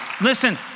listen